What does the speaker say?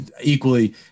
equally